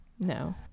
No